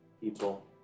people